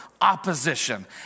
opposition